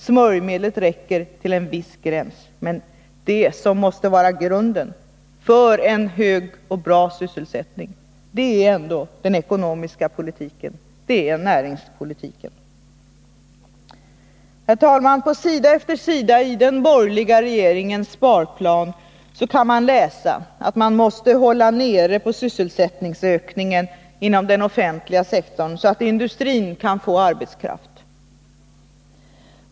Smörjmedel räcker till en viss gräns, men det som måste vara grunden för en hög och bra sysselsättning är ändå den ekonomiska politiken, det är näringspolitiken. Herr talman! På sida efter sida i den borgerliga regeringens sparplan kan vi läsa att man måste hålla nere sysselsättningsökningen inom den offentliga sektorn så att industrin kan få arbetskraft.